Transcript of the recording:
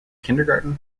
kindergarten